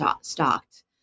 stocked